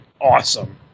awesome